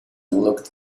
looked